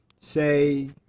say